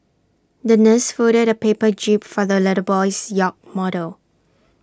the nurse folded A paper jib for the little boy's yacht model